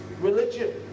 religion